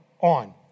On